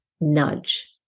nudge